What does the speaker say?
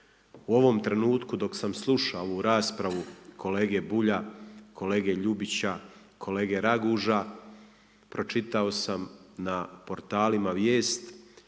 U ovom trenutku, dok sam slušao ovu raspravu kolege Bulja, kolega Ljubića, kolege Raguža, pročitao sam na portalima vijest